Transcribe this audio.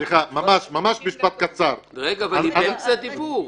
סליחה, ממש משפט קצר -- רגע, היא באמצע הדיבור.